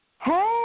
Hey